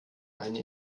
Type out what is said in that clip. eine